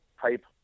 type